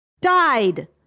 died